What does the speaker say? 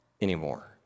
anymore